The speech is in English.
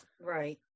right